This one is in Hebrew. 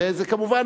וזה כמובן,